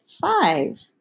five